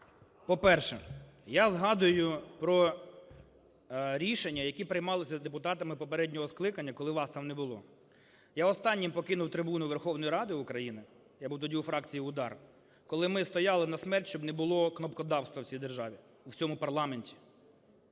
По-перше, я згадую про рішення, які приймалися депутатами попереднього скликання, коли вас там не було. Я останнім покинув трибуну Верховної Ради України, і був тоді у фракції "УДАР", коли ми стояли на смерть, щоб не було кнопкодавства в цій державі, в цьому парламенті.